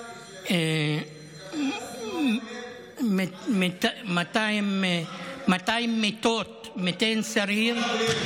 אני מסביר לטלי שהוא מדבר על סיוע לאויב בזמן